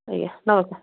ଆଜ୍ଞା ନମସ୍କାର